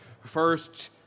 first